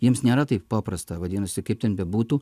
jiems nėra taip paprasta vadinasi kaip ten bebūtų